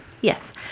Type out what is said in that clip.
yes